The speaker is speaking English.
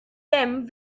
them